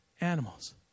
animals